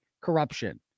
corruption